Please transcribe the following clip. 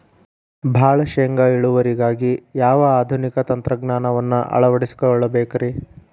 ಭಾಳ ಶೇಂಗಾ ಇಳುವರಿಗಾಗಿ ಯಾವ ಆಧುನಿಕ ತಂತ್ರಜ್ಞಾನವನ್ನ ಅಳವಡಿಸಿಕೊಳ್ಳಬೇಕರೇ?